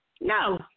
no